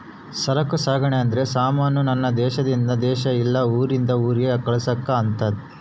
ಸರಕು ಸಾಗಣೆ ಅಂದ್ರೆ ಸಮಾನ ನ ದೇಶಾದಿಂದ ದೇಶಕ್ ಇಲ್ಲ ಊರಿಂದ ಊರಿಗೆ ಕಳ್ಸದ್ ಅಂತ